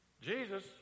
Jesus